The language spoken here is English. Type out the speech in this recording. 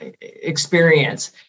experience